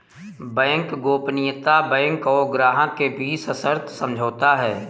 bank गोपनीयता bank और ग्राहक के बीच सशर्त समझौता है